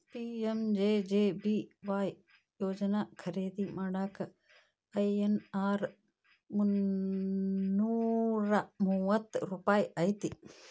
PMJJBY ಯೋಜನಾ ಖರೇದಿ ಮಾಡಾಕ ಐ.ಎನ್.ಆರ್ ಮುನ್ನೂರಾ ಮೂವತ್ತ ರೂಪಾಯಿ ಐತಿ